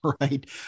Right